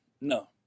No